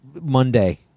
Monday